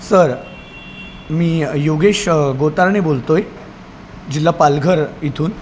sir मी योगेश गोतारणे बोलतो आहे जिल्हा पालघर इथून